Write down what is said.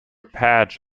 patch